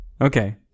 Okay